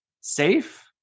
safe